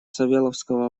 савеловского